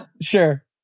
Sure